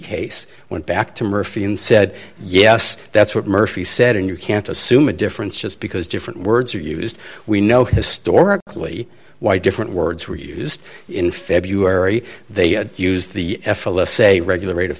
case went back to murphy and said yes that's what murphy said and you can't assume a difference just because different words are used we know historically why different words were used in february they used the f l s a regular rate of